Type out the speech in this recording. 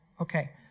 Okay